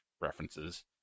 references